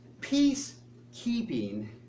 Peacekeeping